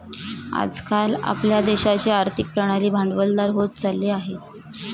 आज काल आपल्या देशाची आर्थिक प्रणाली भांडवलदार होत चालली आहे